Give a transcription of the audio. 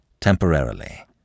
temporarily